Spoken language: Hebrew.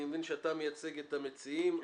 אני מבין שאתה מייצג את המציעים,